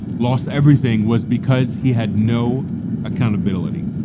lost everything was because he had no accountability,